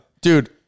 dude